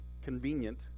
convenient